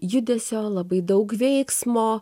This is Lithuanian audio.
judesio labai daug veiksmo